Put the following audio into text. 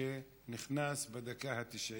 שנכנס בדקה ה-90